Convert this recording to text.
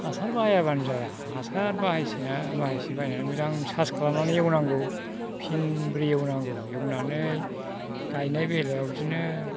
हासार बाहायाबानो जाया हासार बाहायसेना बाहायसे बाहायनानै मोजां सास खालामनानै एवनांगौ फिनब्रै एवनांगौ एवनानै गायनाय बेलायाव बिदिनो